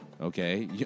Okay